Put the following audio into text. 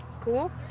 Cool